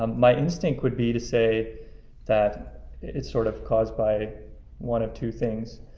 um my instinct would be to say that it's sort of caused by one of two things.